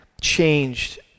changed